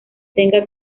tenga